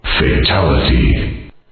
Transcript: Fatality